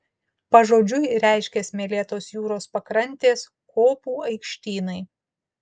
pažodžiui reiškia smėlėtos jūros pakrantės kopų aikštynai